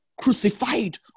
crucified